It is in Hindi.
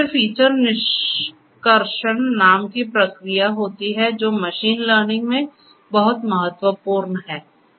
फिर फीचर निष्कर्षण नाम की प्रक्रिया होती है जो मशीन लर्निंग में बहुत महत्वपूर्ण है